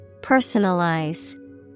Personalize